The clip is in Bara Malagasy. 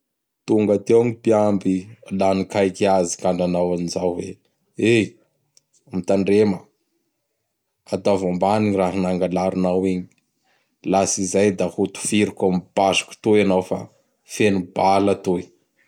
Tonga teo gny mpiamby la nikaiky azy ka nanao an zao hoe, Eh! Mitandrema, ataovy ambany gn raha nangalarinao igny. Laha tsy izay da ho tifiriko am basiko toy hanao fa feno bala toy.